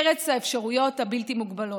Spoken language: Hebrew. ארץ האפשרויות הבלתי-מוגבלות.